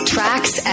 Tracks